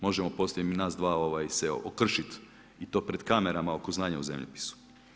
Možemo poslije nas dva se okršit i to pred kamarama oko znanja u zemljopisu.